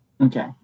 Okay